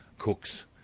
cooks,